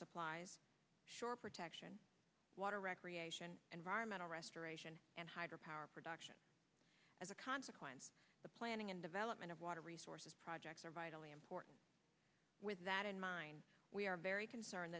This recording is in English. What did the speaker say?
supplies shore protection water recreation and vironment restoration and hydro power production as a consequence the planning and development of water resources projects are vitally important with that in mind we are very concerned